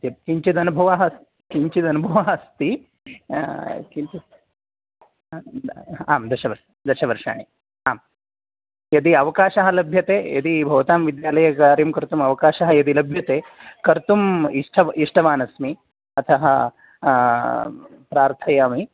किञ्चिद् अनुभवः अस् किञ्चिद् अनुभवः अस्ति किञ्चिद् आम् दशवर् दशवर्षाणि आं यदि अवकाशः लभ्यते यदि भवतां विद्यालये कार्यं कर्तुम् अवकाशः यदि लभ्यते कर्तुम् इष्ठ् इष्टवान् अस्मि अतः प्रार्थयामि